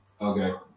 Okay